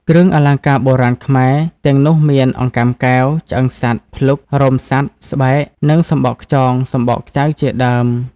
គ្រឿងអលង្ការបុរាណខ្មែរទាំងនោះមាន អង្កាំកែវ ឆ្អឹងសត្វ/ភ្លុក រោមសត្វ/ស្បែក និងសំបកខ្យង/សំបកខ្ចៅជាដើម។